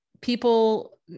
people